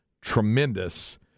tremendous